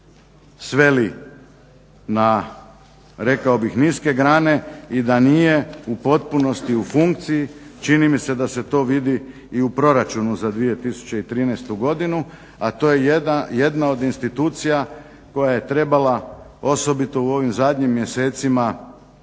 bih niske grane i da nije u potpunosti u funkciji, čini mi se da se to vidi i u Proračunu za 2013. godinu, a to je jedna od institucija koja je trebala osobito u ovim zadnjim mjesecima